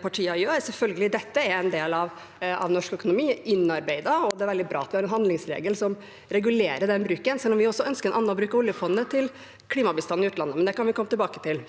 partier gjør. Dette er en del av norsk økonomi, selvfølgelig. Det er innarbeidet, og det er veldig bra at vi har en handlingsregel som regulerer den bruken, selv om vi også ønsker en annen bruk av oljefondet – til klimabistand i utlandet, men det kan vi komme tilbake til.